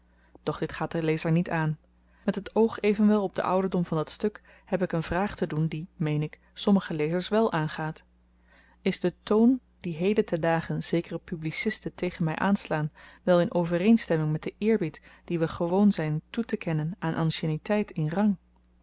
doch dit gaat den lezer niet aan met het oog evenwel op den ouderdom van dat stuk heb ik n vraag te doen die meen ik sommige lezers wèl aangaat is de toon dien heden ten dage zekere publicisten tegen my aanslaan wel in overeenstemming met den eerbied dien we gewoon zyn toetekennen aan ancienneteit in rang